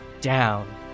down